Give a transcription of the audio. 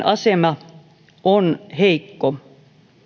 asema on heikko